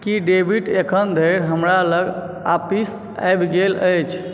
की David एखन धरि हमरा लग आपिस आबि गेल अछि